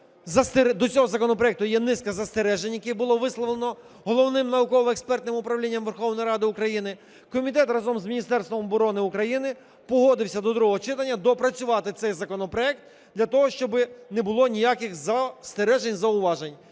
до цього законопроекту є низка застережень, які було висловлено Головним науково-експертним управлінням Верховної Ради України. Комітет разом з Міністерством оборони України погодився до другого читання доопрацювати цей законопроект для того, щоби не було ніяких застережень і зауважень.